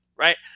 right